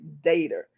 data